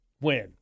Win